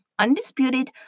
undisputed